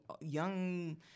young